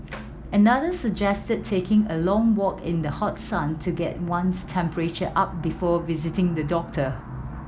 another suggested taking a long walk in the hot sun to get one's temperature up before visiting the doctor